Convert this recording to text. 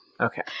Okay